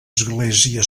església